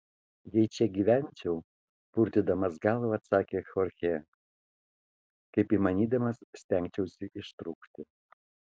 jeigu čia gyvenčiau purtydamas galvą atsakė chorchė kaip įmanydamas stengčiausi ištrūkti